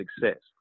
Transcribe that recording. success